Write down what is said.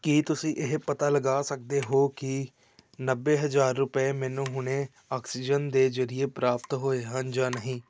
ਕੀ ਤੁਸੀ ਇਹ ਪਤਾ ਲਗਾ ਸਕਦੇ ਹੋ ਕਿ ਨੱਬੇ ਹਜ਼ਾਰ ਰੁਪਏ ਮੈਨੂੰ ਹੁਣੇ ਆਕਸੀਜਨ ਦੇ ਜਰੀਏ ਪ੍ਰਾਪਤ ਹੋਏ ਹਨ ਜਾਂ ਨਹੀਂ